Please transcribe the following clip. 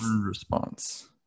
response